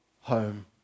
home